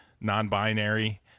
non-binary